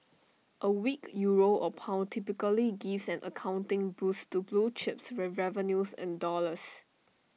A weak euro or pound typically give an accounting boost to blue chips with revenues in dollars